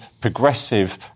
progressive